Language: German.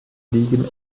ligen